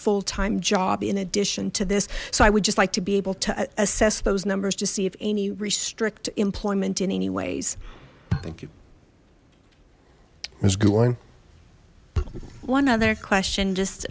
full time job in addition to this so i would just like to be able to assess those numbers to see if any restrict employment in any ways thank you it's googling one other question just